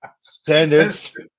standards